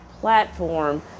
platform